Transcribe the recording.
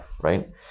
right